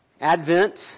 Advent